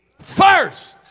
first